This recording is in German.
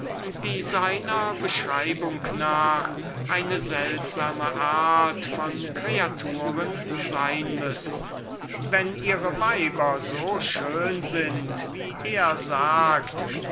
seiner beschreibung nach eine seltsame art von kreaturen sein müssen wenn ihre weiber so schön sind wie er sagt